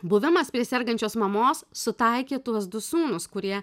buvimas prie sergančios mamos sutaikė tuos du sūnus kurie